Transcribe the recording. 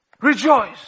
Rejoice